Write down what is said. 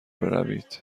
بروید